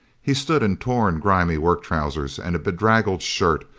he stood in torn grimy work trousers and a bedraggled shirt,